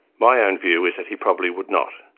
my own view is that he probably would not.